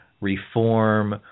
reform